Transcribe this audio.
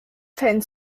fällen